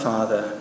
Father